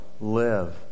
live